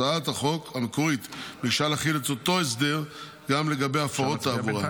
הצעת החוק המקורית ביקשה להחיל את אותו הסדר גם לגבי הפרות תעבורה.